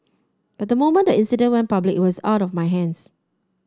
but the moment the incident public it was out of my hands